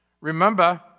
remember